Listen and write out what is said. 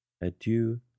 Adieu